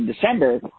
December